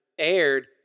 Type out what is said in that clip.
aired